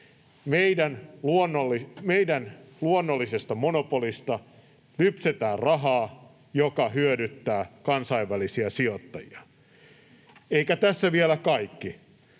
Meidän luonnollisesta monopolista lypsetään rahaa, joka hyödyttää kansainvälisiä sijoittajia. Eikä tässä vielä kaikki.